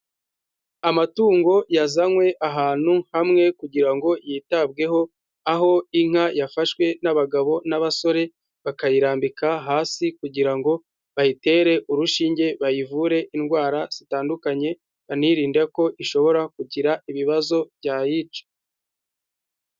Amatungo yazanywe ahantu hamwe kugira ngo yitabweho, aho inka yafashwe n'abagabo n'abasore, bakayirambika hasi kugira ngo bayitere urushinge, bayivure indwara zitandukanye, banirinde ko ishobora kugira ibibazo byayica.